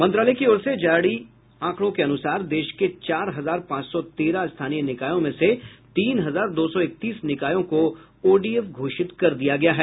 मंत्रालय की ओर से जारी आंकड़ों के अनुसार देश के चार हजार पांच सौ तेरह स्थानीय निकायों में से तीन हजार दो सौ इकतीस निकायों को ओडीएफ घोषित कर दिया गया है